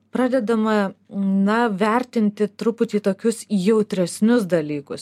pradedama na vertinti truputį tokius jautresnius dalykus